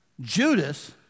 Judas